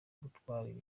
gutwara